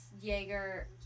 Jaeger